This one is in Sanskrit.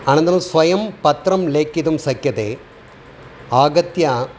अनन्तरं स्वयं पत्रं लेखितुं शक्यते आगत्य